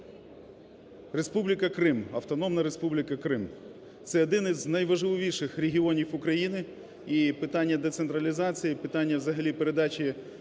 Республіка Крим, Автономна Республіка Крим – це один із найважливіших регіонів України, і питання децентралізації, питання взагалі передачі